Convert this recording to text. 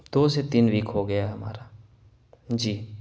دو سے تین ویک ہو گیا ہے ہمارا جی